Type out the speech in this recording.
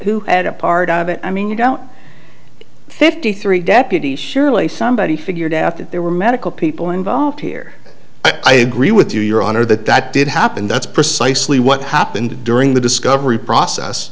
who had a part of it i mean you don't fifty three deputies surely somebody figured out that there were medical people involved here i agree with you your honor that that did happen that's precisely what happened during the discovery process